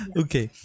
okay